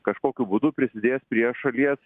kažkokiu būdu prisidės prie šalies